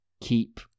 keep